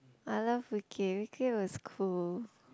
I love Wicked Wicked was cool